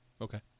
Okay